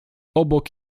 obok